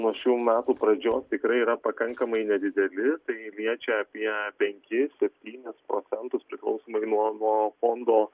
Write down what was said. nuo šių metų pradžios tikrai yra pakankamai nedideli tai liečia apie penkis septynis procentus priklausomai nuo nuo fondo